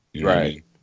right